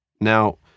Now